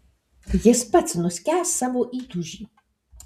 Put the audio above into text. jis pats nuskęs savo įtūžy